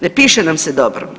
Ne piše nam se dobro.